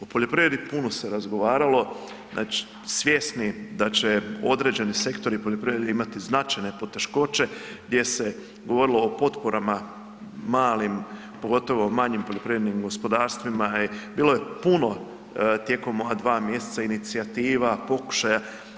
O poljoprivredi puno se razgovaralo, znači svjesni da će određeni sektori poljoprivrede imati značajne poteškoće gdje se govorilo o potporama malim, pogotovo manjim poljoprivrednim gospodarstvima i bilo je puno tijekom ova dva mjeseca inicijativa, pokušaja.